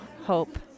hope